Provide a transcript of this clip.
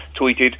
tweeted